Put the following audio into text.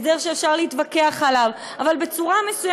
הסדר שאפשר להתווכח עליו,